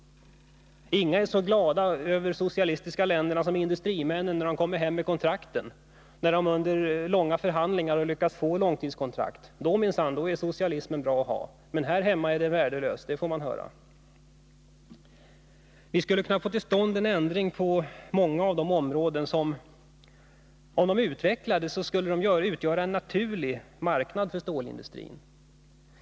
Inga är så glada över socialistiska länder som industrimän när de efter långa förhandlingar har lyckats få långtidskontrakt. Då är socialismen minsann bra att ha. Men här hemma är den värdelös, det får man höra. Vi måste få till stånd en ändring på många av de områden som om de utvecklades skulle kunna utgöra en naturlig marknad för stålindustrin.